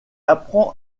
apprend